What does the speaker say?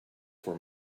for